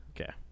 Okay